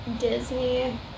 Disney